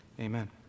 Amen